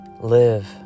live